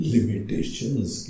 Limitations